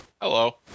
Hello